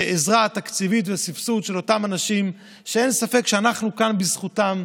בעזרה תקציבית ובסבסוד לאותם אנשים שאין ספק שאנחנו כאן בזכותם.